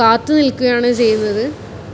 കാത്ത് നിൽക്കുകയാണ് ചെയ്യുന്നത്